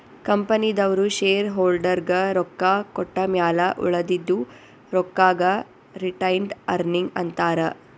ಕಂಪನಿದವ್ರು ಶೇರ್ ಹೋಲ್ಡರ್ಗ ರೊಕ್ಕಾ ಕೊಟ್ಟಮ್ಯಾಲ ಉಳದಿದು ರೊಕ್ಕಾಗ ರಿಟೈನ್ಡ್ ಅರ್ನಿಂಗ್ ಅಂತಾರ